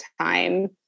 time